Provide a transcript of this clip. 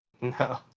No